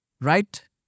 right